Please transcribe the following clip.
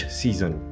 season